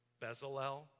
Bezalel